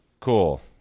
Cool